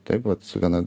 taip pat su viena